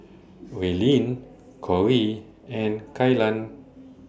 Raelynn Cori and Kaylan